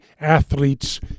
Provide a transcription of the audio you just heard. athletes